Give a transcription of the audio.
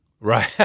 Right